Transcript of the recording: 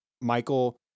Michael